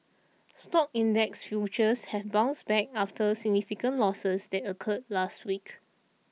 stock index futures have bounced back after significant losses that occurred last week